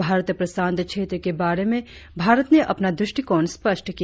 भारत प्रशांत क्षेत्र के बारे में भारत ने अपना दृष्टिकोण स्पष्ट किया